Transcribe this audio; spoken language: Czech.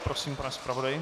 Prosím, pane zpravodaji.